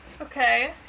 okay